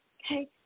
Okay